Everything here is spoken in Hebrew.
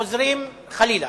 חוזרים חלילה,